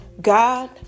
God